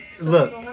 Look